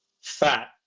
fat